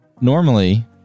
normally